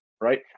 right